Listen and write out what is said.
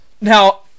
Now